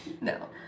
No